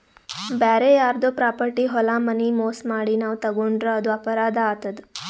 ಬ್ಯಾರೆ ಯಾರ್ದೋ ಪ್ರಾಪರ್ಟಿ ಹೊಲ ಮನಿ ಮೋಸ್ ಮಾಡಿ ನಾವ್ ತಗೋಂಡ್ರ್ ಅದು ಅಪರಾಧ್ ಆತದ್